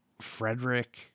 frederick